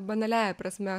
banaliąja prasme